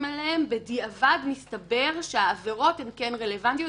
עליהם ובדיעבד מסתבר שהעבירות כן רלוונטיות.